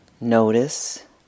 notice